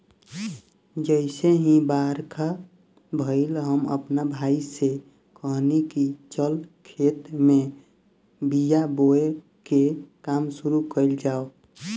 जइसे ही बरखा भईल, हम आपना भाई से कहनी की चल खेत में बिया बोवे के काम शुरू कईल जाव